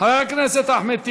חבר הכנסת אחמד טיבי,